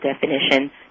definition